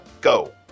go